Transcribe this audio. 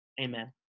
amen